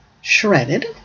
shredded